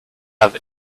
have